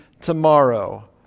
tomorrow